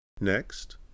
next